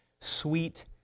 sweet